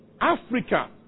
Africa